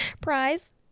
prize